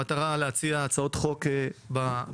במטרה להציע הצעות חוק בנושא.